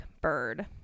Bird